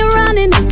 running